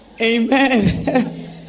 Amen